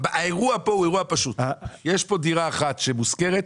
האירוע פה הוא אירוע פשוט: יש דירה אחת שמושכרת,